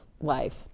life